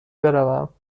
بروم